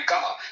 God